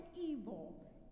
evil